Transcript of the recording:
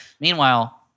Meanwhile